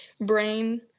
brain